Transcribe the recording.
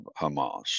Hamas